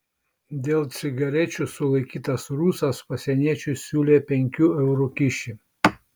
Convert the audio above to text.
dėl cigarečių sulaikytas rusas pasieniečiui siūlė penkių eurų kyšį